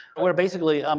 we're basically, um